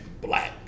black